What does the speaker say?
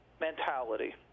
mentality